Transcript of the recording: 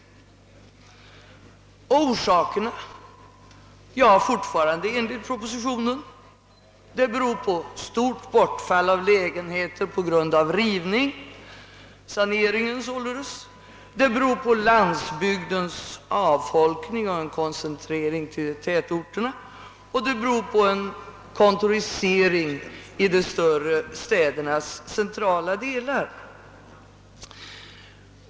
Bland orsakerna till detta finner vi, fortfarande enligt propositionen, ett stort bortfall av lägenheter på grund av rivning — saneringen således — landsbygdens avfolkning, som lett till en koncentrering till tätorterna, och en kontorisering i de större städernas centrala delar.